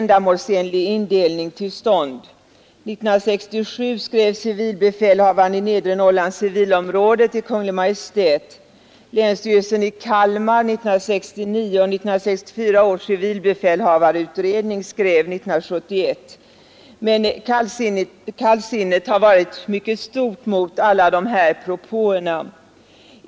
Många skrivelser ha till stånd. År 1967 skrev civilbefälhavaren i Nedre Norrlands civilområde till Kungl. Maj:t, länstyrelsen i Kalmar gjorde det 1969, och 1964 års civilbefälhavareutredning skrev 1971, men kallsinnet har varit mycket avlåtits för att få en mer ändamålsenlig indelning stort mot alla dessa propåer.